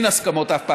אין הסכמות אף פעם.